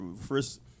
first